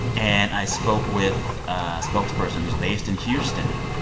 and i spoke with a spokesperson who's based in houston.